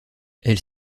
elle